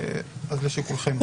לשיקולכם.